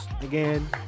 again